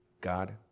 God